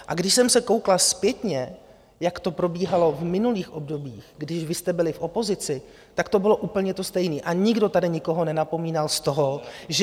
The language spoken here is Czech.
A když jsem se koukla zpětně, jak to probíhalo v minulých obdobích, kdy vy jste byli v opozici, tak to bylo úplně stejné, a nikdo tady nikoho nenapomínal z toho, že...